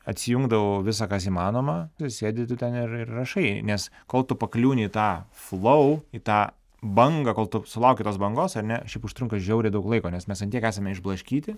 atsijungdavau visa kas įmanoma tu sėdi tu ten ir ir rašai nes kol tu pakliūni į tą flau į tą bangą kol tu sulauki tos bangos ar ne šiaip užtrunka žiauriai daug laiko nes mes ant tiek esame išblaškyti